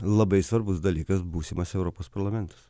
labai svarbus dalykas būsimas europos parlamentas